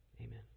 Amen